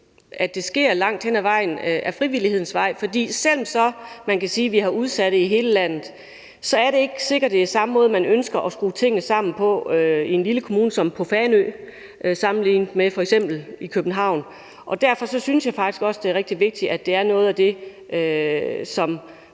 at det langt hen ad vejen sker ad frivillighedens vej, for selv om man kan sige, at vi har udsatte i hele landet, så er det ikke sikkert, at det er samme måde, man ønsker at skrue tingene sammen på i en lille kommune som Fanø sammenlignet med f.eks. i København. Derfor synes jeg faktisk også, det er rigtig vigtigt, at det er noget, som